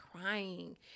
crying